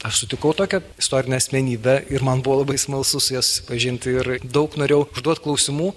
aš sutikau tokią istorinę asmenybę ir man buvo labai smalsu su ja susipažinti ir daug norėjau užduot klausimų